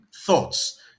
thoughts